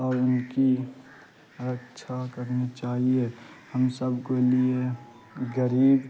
اور ان کی رکچھا کرنی چاہیے ہم سب کو لیے غریب